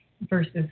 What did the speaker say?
versus